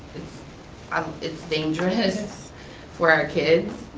um it's dangerous for our kids.